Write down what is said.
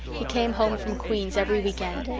he came home from queen's every week-end,